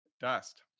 dust